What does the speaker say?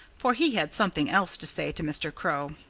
for he had something else to say to mr. crow.